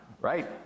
right